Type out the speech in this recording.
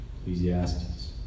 Ecclesiastes